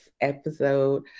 episode